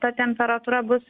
ta temperatūra bus